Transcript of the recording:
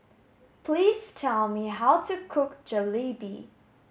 please tell me how to cook Jalebi